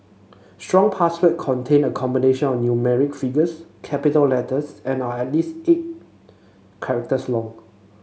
strong password contain a combination of numerical figures capital letters and are at least eight characters long